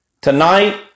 Tonight